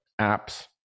apps